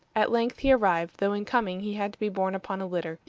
at length he arrived, though in coming he had to be borne upon a litter,